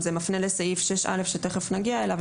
זה מפנה לסעיף 6א שתכף נגיע אליו,